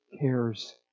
cares